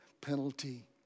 penalty